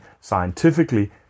scientifically